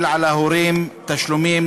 שהתחיל בסדרה של דיונים בעניין תשלומי הורים.